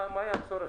הצורך?